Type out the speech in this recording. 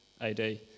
AD